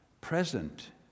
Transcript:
present